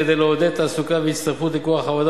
כדי לעודד תעסוקה והצטרפות לכוח העבודה